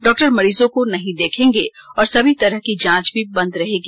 doctor मरीजों को नहीं देखेंगे और सभी तरह की जांच भी बंद रहेगी